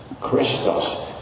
Christos